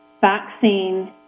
vaccine